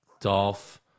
Dolph